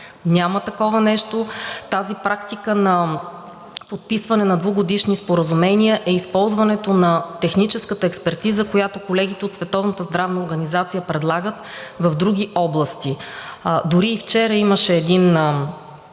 Няма такова нещо. Тази практика на подписване на двугодишни споразумения е използването на техническата експертиза, която колегите от Световната здравна организация предлагат в други области. Дори и вчера имаше един